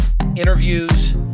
interviews